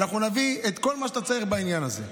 אנחנו נביא את כל מה שאתה צריך בעניין הזה.